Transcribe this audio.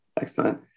Excellent